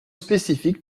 spécifique